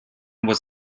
was